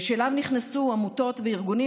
ואליו נכנסו עמותות וארגונים,